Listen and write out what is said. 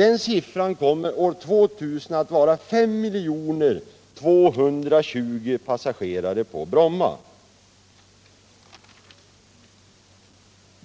År 2000 kommer denna siffra att vara uppe i 5 220 000 passagerare. Detta